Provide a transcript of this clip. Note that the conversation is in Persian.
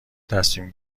تصمیم